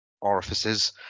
orifices